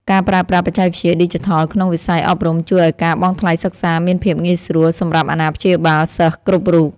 ការប្រើប្រាស់បច្ចេកវិទ្យាឌីជីថលក្នុងវិស័យអប់រំជួយឱ្យការបង់ថ្លៃសិក្សាមានភាពងាយស្រួលសម្រាប់អាណាព្យាបាលសិស្សគ្រប់រូប។